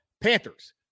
Panthers